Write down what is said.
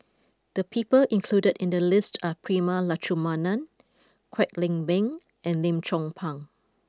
the people included in the list are Prema Letchumanan Kwek Leng Beng and Lim Chong Pang